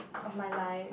of my life